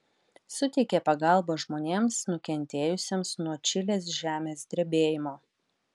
suteikė pagalbą žmonėms nukentėjusiems nuo čilės žemės drebėjimo